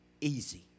easy